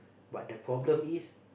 but the problem is